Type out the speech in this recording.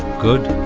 good